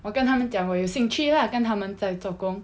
我跟他们讲我有兴趣 lah 跟他们在做工